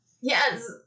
Yes